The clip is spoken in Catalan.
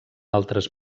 altres